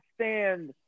stand